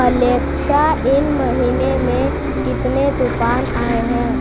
Alexa इन महीने में कितने तूफ़ान आए हैं